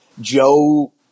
Joe